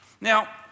Now